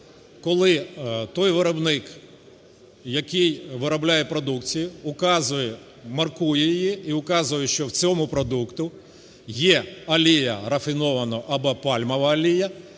коли той виробник, який виробляє продукцію, указує, маркує її і указує, що в цьому продукті є олія рафінована або пальмова олія,